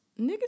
Niggas